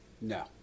No